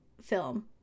film